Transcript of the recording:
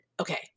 okay